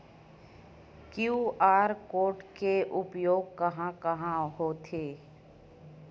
QR code के उपयोग कहां कहां होथे?